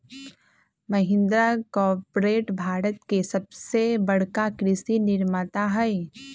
Mahindra corporate Bharat के सबसे बड़का कृषि निर्माता हई